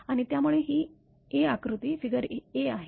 आणि त्यामुळे ही a आकृती आहे